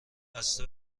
بسته